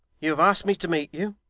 you have asked me to meet you.